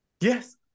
Yes